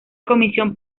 comisión